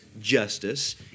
justice